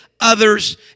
others